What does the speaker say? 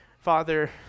Father